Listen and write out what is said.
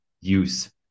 use